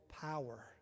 power